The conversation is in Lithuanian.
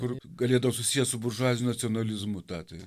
kur galėdavo susiet su buržuaziniu nacionalizmu tą tai